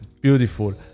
beautiful